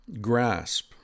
grasp